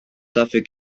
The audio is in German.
dafür